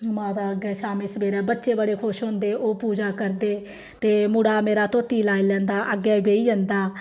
माता अग्गें शामीं सवेरै बच्चे बड़े खुश होंदे ओह् पूजा करदे ते मुड़ा मेरा धोती लाई लैंदा अग्गें बेही जंदा